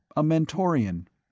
a mentorian.